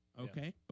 Okay